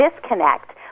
disconnect